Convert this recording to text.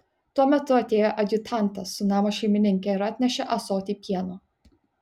tuo metu atėjo adjutantas su namo šeimininke ir atnešė ąsotį pieno